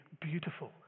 beautiful